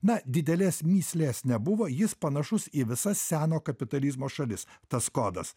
na didelės mįslės nebuvo jis panašus į visas seno kapitalizmo šalis tas kodas